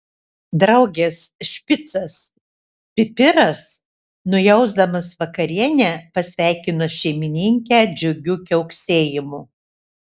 draugės špicas pipiras nujausdamas vakarienę pasveikino šeimininkę džiugiu kiauksėjimu